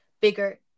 bigger